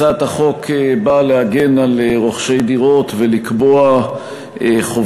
הצעת החוק באה להגן על רוכשי דירות ולקבוע חובה